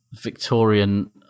Victorian